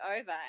over